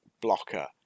blocker